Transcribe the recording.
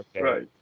Right